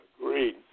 Agreed